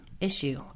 issue